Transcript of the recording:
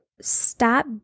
stop